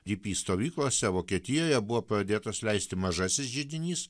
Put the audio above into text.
dp stovyklose vokietijoje buvo pradėtas leisti mažasis židinys